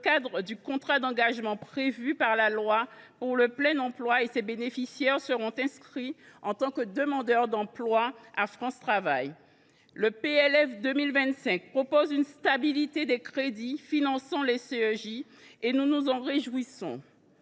cadre du contrat d’engagement prévu par la loi pour le plein emploi et ses bénéficiaires seront inscrits en tant que demandeurs d’emploi à France Travail. Le PLF pour 2025 prévoit une stabilité des crédits de financement des CEJ et nous nous en réjouissons.